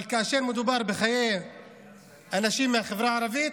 אבל כאשר מדובר בחיי אנשים מהחברה הערבית,